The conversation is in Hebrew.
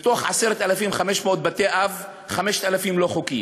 מתוך 10,500 בתי-אב, 5,000 לא חוקיים.